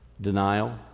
denial